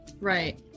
Right